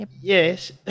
yes